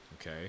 okay